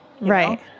Right